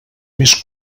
més